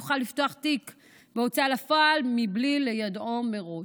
יוכל לפתוח תיק בהוצאה לפועל בלי ליידעו מראש.